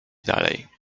dalej